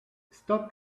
stop